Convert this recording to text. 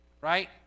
right